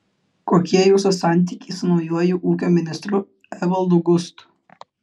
kokie jūsų santykiai su naujuoju ūkio ministru evaldu gustu